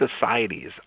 societies